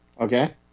Okay